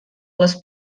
les